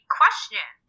question